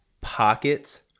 pockets